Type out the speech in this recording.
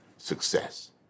success